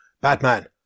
Batman